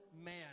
man